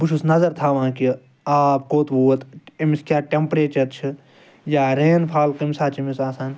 بہٕ چھُس نَظَر تھاوان کہ آب کوٚت ووت امِس کیاہ ٹیٚمپریچر چھ یا رین فال کمہ ساتہٕ چھِ امس آسان